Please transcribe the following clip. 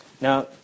Now